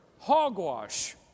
hogwash